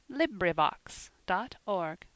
LibriVox.org